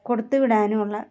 കൊടുത്തു വിടാനുള്ള